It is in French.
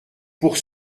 pour